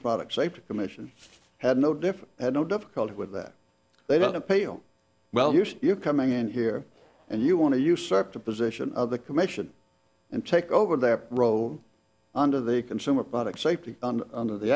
product safety commission had no different i had no difficulty with that they don't appeal well you see you coming in here and you want to usurp the position of the commission and take over their role under the consumer product safety under the